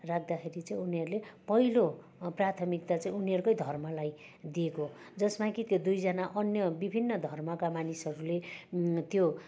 राख्दाखेरि चाहिँ उनीहरूले पहिलो प्राथमिकता चाहिँ उनीहरूकै धर्मलाई दिएको जसमा कि त्यो दुईजाना अन्य विभिन्न धर्मका मानिसहरूले त्यो